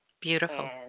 Beautiful